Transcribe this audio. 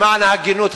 למען ההגינות,